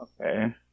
Okay